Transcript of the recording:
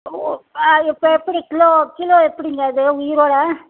ஓ இப்போ எப்படி kilo kilo எப்படிங்க அது உயிரோடு